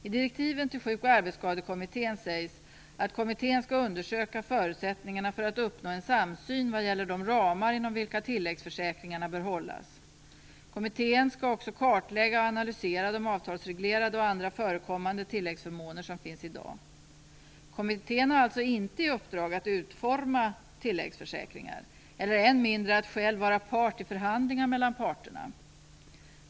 I direktiven till Sjuk och arbetsskadekommittén sägs att kommittén skall undersöka förutsättningarna för att uppnå en samsyn vad gäller de ramar inom vilka tilläggsförsäkringarna bör hållas. Kommittén skall också kartlägga och analysera de avtalsreglerade och andra förekommande tilläggsförmåner som finns i dag. Kommittén har alltså inte i uppdrag att utforma tilläggsförsäkringar, än mindre att själv vara part i förhandlingar mellan parterna.